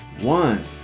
one